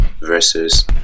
versus